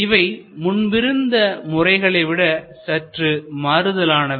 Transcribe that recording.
இவை முன்பு இருந்த முறைகளை விட சற்று மறுதலானவை